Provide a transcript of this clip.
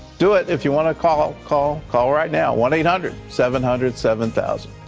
do it if you wanna call, ah call, call right now, one eight hundred seven hundred seven thousand.